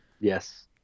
Yes